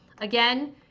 again